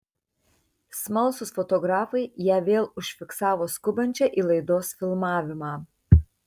smalsūs fotografai ją vėl užfiksavo skubančią į laidos filmavimą